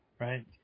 right